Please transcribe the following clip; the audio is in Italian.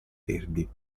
verdi